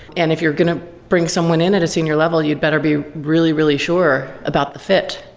and if you're going to bring someone in at a senior level, you'd better be really, really sure about the fit.